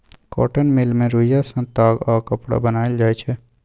cotton mill मे रुइया सँ ताग आ कपड़ा बनाएल जाइ छै